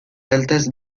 altas